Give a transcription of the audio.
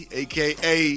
aka